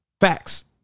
Facts